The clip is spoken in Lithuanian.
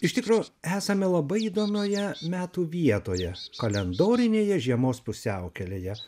iš tikro esame labai įdomioje metų vietoje kalendorinėje žiemos pusiaukelėje